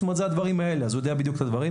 זאת אומרת, אלה הדברים האלה והוא יודע אותם בדיוק.